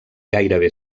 gairebé